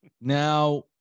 Now